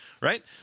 Right